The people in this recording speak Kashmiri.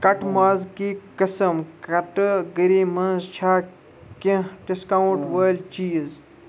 کٹہٕ مازٕکی قٕسٕم کیٹَگری مَنٛز چھا کیٚنٛہہ ڈِسکاونٛٹ وٲلۍ چیٖز